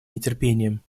нетерпением